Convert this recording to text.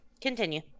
continue